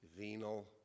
venal